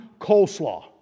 coleslaw